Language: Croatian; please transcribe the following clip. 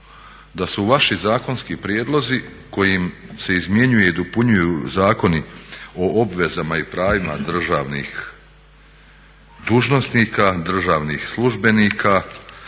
da su vaši zakonski prijedlozi kojim se izmjenjuju i dopunjuju Zakoni o obvezama i pravima državnih dužnosnika, državnih službenika,